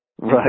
Right